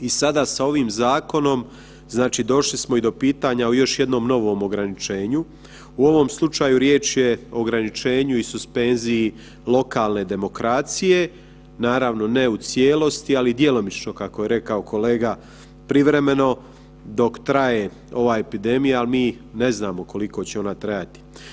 I sada sa ovim zakonom došli smo i do pitanja o još jednom novom ograničenju, u ovom slučaju riječ je o ograničenju i suspenziji lokalne demokracije, naravno ne u cijelosti, ali djelomično kako je rekao kolega privremeno dok traje ova epidemija, ali mi ne znamo koliko će ona trajati.